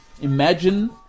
Imagine